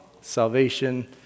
Salvation